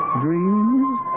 dreams